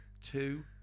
two